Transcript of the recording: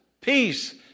peace